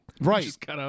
Right